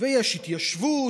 ויש התיישבות,